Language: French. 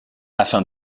afin